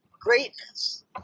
greatness